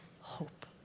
hope